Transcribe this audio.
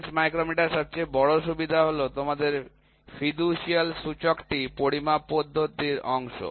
bench মাইক্রোমিটারের সবচেয়ে বড় সুবিধা হল তোমাদের ফিদুশিয়াল সূচকটি পরিমাপ পদ্ধতির অংশ